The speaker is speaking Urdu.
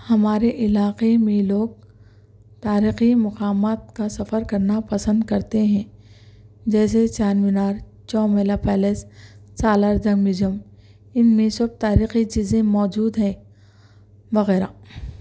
ہمارے علاقے میں لوگ تاریخی مقامات کا سفر کرنا پسند کرتے ہیں جیسے چار مینار چومیلہ پیلس سالار جنگ میوزیم ان میں سب تاریخی چیزیں موجود ہیں وغیرہ